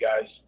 guys